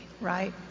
right